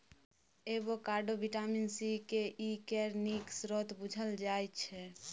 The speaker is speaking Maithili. avocado vitamin C, K, E केर नीक स्रोत बुझल जाइ छै